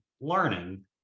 learning